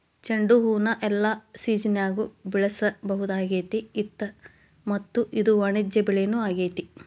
ಚಂಡುಹೂನ ಎಲ್ಲಾ ಸಿಜನ್ಯಾಗು ಬೆಳಿಸಬಹುದಾಗೇತಿ ಮತ್ತ ಇದು ವಾಣಿಜ್ಯ ಬೆಳಿನೂ ಆಗೇತಿ